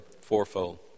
fourfold